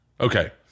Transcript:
Okay